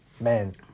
man